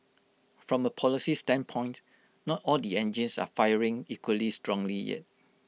from A policy standpoint not all the engines are firing equally strongly yet